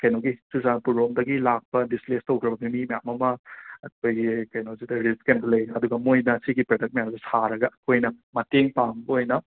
ꯀꯩꯅꯣꯒꯤ ꯆꯨꯔꯆꯥꯟꯄꯨꯔ ꯔꯣꯝꯗꯒꯤ ꯂꯥꯛꯄ ꯗꯤꯁꯄ꯭ꯂꯦꯁ ꯇꯧꯈ꯭ꯔꯕ ꯚꯦꯜꯂꯤ ꯃꯤꯌꯥꯝ ꯑꯃ ꯑꯩꯈꯣꯏꯒꯤ ꯀꯩꯅꯣꯗꯨꯗ ꯔꯤꯂꯤꯞ ꯀꯦꯝꯞꯇ ꯂꯩ ꯑꯗꯨꯒ ꯃꯣꯏꯅ ꯁꯤꯒꯤ ꯄ꯭ꯔꯗꯛ ꯃꯌꯥꯝꯁꯤ ꯁꯥꯔꯒ ꯑꯩꯈꯣꯏꯅ ꯃꯇꯦꯡ ꯄꯥꯡꯕ ꯑꯣꯏꯅ